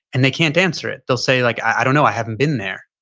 and they can't answer it. they'll say like i don't know i haven't been there.